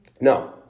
No